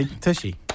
Tushy